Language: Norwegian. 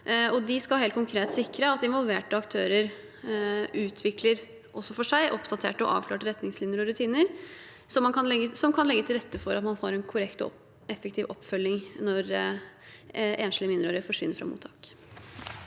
De skal helt konkret sikre at involverte aktører utvikler også for seg oppdaterte og avklarte retningslinjer og rutiner som kan legge til rette for at man får en korrekt og effektiv oppfølging når enslige mindreårige forsvinner fra mottak.